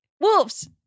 wolves